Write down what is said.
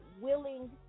willing